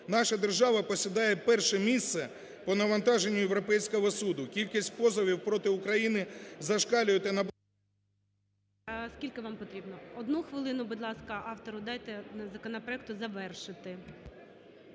Наша держава посідає перше місце по навантаженню Європейського суду. Кількість позовів проти України зашкалює… ГОЛОВУЮЧИЙ. Скільки вам потрібно? Одну хвилину, будь ласка, автору дайте законопроекту завершити.